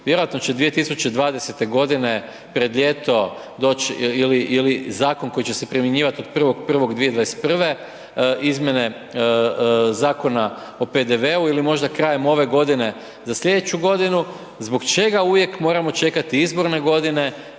vjerojatno će 2020.g. pred ljeto doć ili zakon koji će se primjenjivat od 1.1.2021. izmjene Zakona o PDV-u ili možda krajem ove godine za slijedeću godinu. Zbog čega uvijek moramo čekati izborne godine